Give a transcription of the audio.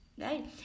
right